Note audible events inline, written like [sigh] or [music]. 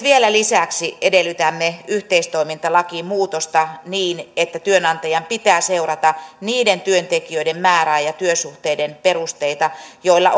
[unintelligible] vielä lisäksi edellytämme yhteistoimintalakiin muutosta niin että työnantajan pitää seurata niiden työntekijöiden määrää ja työsuhteiden perusteita joilla [unintelligible]